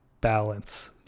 balance